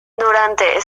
durante